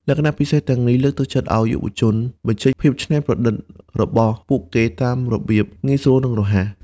លក្ខណៈពិសេសទាំងអស់នេះ លើកទឹកចិត្តឱ្យយុវជនបញ្ចេញភាពច្នៃប្រឌិត របស់ពួកគេតាមរបៀបងាយស្រួល និងរហ័ស។